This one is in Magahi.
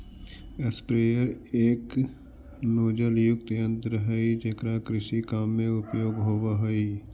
स्प्रेयर एक नोजलयुक्त यन्त्र हई जेकरा कृषि काम में उपयोग होवऽ हई